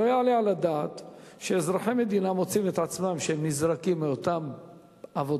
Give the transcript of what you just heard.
לא יעלה על הדעת שאזרחי מדינה מוצאים את עצמם נזרקים מאותן עבודות,